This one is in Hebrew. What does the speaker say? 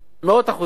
מאות אחוזים.